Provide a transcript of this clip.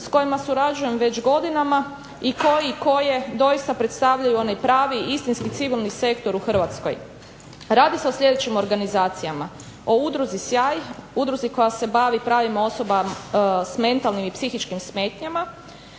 s kojima surađujem već godinama i koji/koje doista predstavljaju onaj pravi, istinski civilni sektor u Hrvatskoj. Radi se o sljedećim organizacijama: o udruzi Sjaj, udruzi koja se bavi pravima osoba s mentalnim i psihičkim smetnjama,